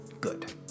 good